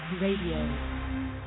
Radio